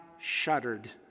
shuddered